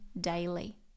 daily